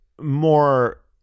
more